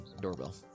doorbell